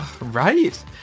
Right